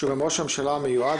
שהוא גם ראש הממשלה המיועד,